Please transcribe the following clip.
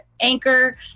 anchor